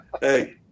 Hey